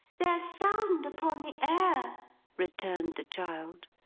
their sound upon the air returned the child.